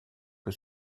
que